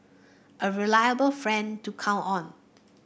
a reliable friend to count on